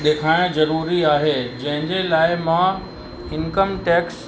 ॾेखाइणू ज़रूरी आहे जंहिंजे लाइ मां इनकम टैक्स